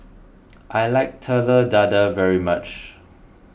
I like Telur Dadah very much